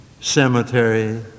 cemetery